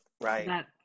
right